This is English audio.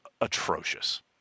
atrocious